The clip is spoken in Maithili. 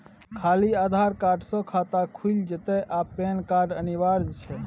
खाली आधार कार्ड स खाता खुईल जेतै या पेन कार्ड अनिवार्य छै?